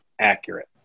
accurate